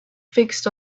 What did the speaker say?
fixed